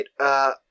right